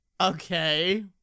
Okay